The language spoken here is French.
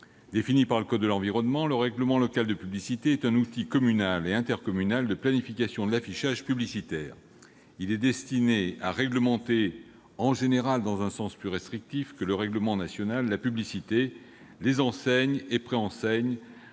défini par le code de l'environnement, est un outil communal et intercommunal de planification de l'affichage publicitaire. Il est destiné à réglementer, généralement dans un sens plus restrictif que le règlement national, la publicité, les enseignes et préenseignes,